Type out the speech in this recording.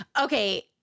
Okay